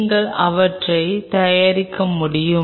நீங்கள் அவற்றை தயாரிக்க முடியும்